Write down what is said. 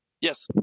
Yes